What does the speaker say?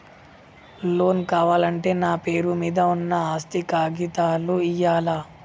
Loan కావాలంటే నా పేరు మీద ఉన్న ఆస్తి కాగితాలు ఇయ్యాలా?